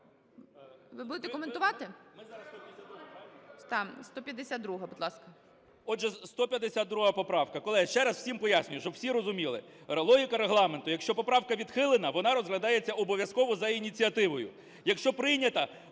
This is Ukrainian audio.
ви будете коментувати? 152-а, будь ласка. 11:37:03 КНЯЖИЦЬКИЙ М.Л. Отже, 152 поправка. Колеги, ще раз всім пояснюю, щоб всі розуміли, логіка Регламенту: якщо поправка відхилена, вона розглядається обов'язково за ініціативою; якщо прийнята,